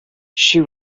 she